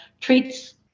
treats